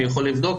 אני יכול לבדוק,